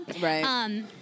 Right